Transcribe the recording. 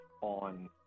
on